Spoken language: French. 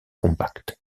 compacte